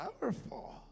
powerful